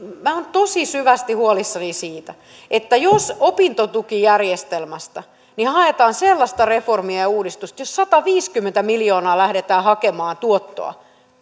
tosi syvästi huolissani siitä että jos opintotukijärjestelmästä haetaan sellaista reformia ja ja uudistusta jossa sataviisikymmentä miljoonaa lähdetään hakemaan tuottoa